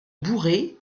bourré